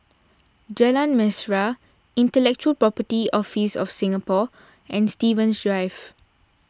Jalan Mesra Intellectual Property Office of Singapore and Stevens Drive